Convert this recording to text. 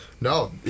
no